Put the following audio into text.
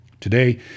Today